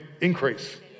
increase